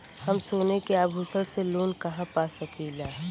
हम सोने के आभूषण से लोन कहा पा सकीला?